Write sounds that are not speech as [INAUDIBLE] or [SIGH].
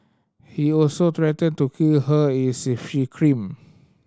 he also threatened to kill her [UNINTELLIGIBLE] if she screamed